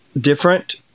different